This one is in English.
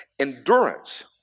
endurance